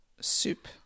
soup